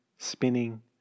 Spinning